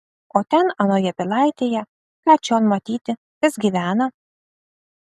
o ten anoje pilaitėje ką čion matyti kas gyvena